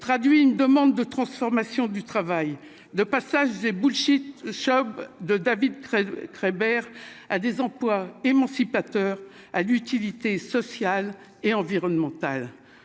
traduit une demande de transformation du travail de passage c'est bullshit jobs de David, 13 Treiber à des employes émancipateur à l'utilité sociale et environnementale,